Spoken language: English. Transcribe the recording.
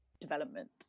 development